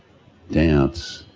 dance,